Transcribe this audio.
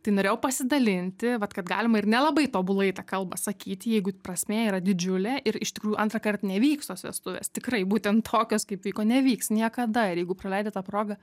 tai norėjau pasidalinti vat kad galima ir nelabai tobulai tą kalbą sakyti jeigu prasmė yra didžiulė ir iš tikrųjų antrąkart nevyks tos vestuvės tikrai būtent tokios kaip vyko nevyks niekada ir jeigu praleidi tą progą